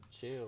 Chill